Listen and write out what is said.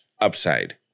upside